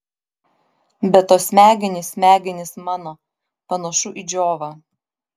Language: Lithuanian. be to smegenys smegenys mano panašu į džiovą